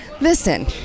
listen